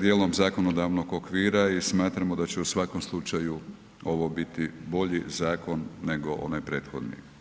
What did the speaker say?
dijelom zakonodavnog okvira i smatramo da će u svakom slučaju ovo biti bolji zakon nego onaj prethodni.